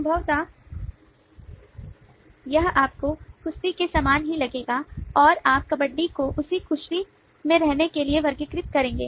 संभवतः यह आपको कुश्ती के समान ही लगेगा और आप कबड्डी को उसी कुश्ती में रहने के लिए वर्गीकृत करेंगे